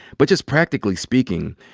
but just practically speaking,